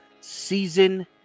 season